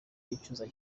yicuza